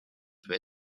peut